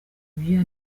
ibyuya